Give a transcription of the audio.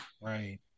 right